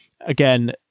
Again